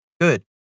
Good